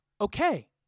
okay